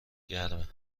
گرمه